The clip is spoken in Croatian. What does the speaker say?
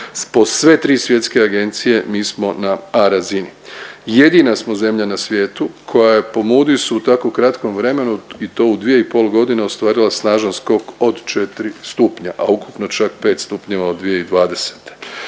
po sve tri svjetske agencije mi smo na A razini. Jedina smo zemlja na svijetu koja je po Moody's-u u tako kratkom vremenu i to u dvije i pol godine ostvarila snažan skok od četri stupnja, a ukupno čak pet stupnjeva od 2020..